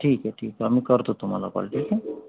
ठीक आहे ठीक आम्ही करतो तुम्हाला कॉल ठीक आहे